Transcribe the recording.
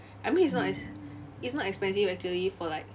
I mean it's not ex~ it's not expensive actually for like